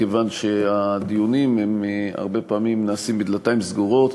מכיוון שהדיונים הרבה פעמים נעשים בדלתיים סגורות,